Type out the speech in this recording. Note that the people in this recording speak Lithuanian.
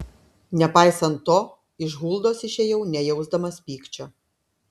nepaisant to iš huldos išėjau nejausdamas pykčio